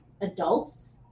adults